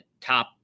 top